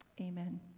Amen